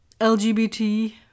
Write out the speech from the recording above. LGBT